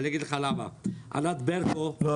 אני אגיד לך למה: ענת ברקו -- אבל,